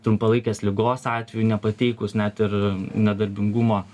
trumpalaikės ligos atveju nepateikus net ir nedarbingumo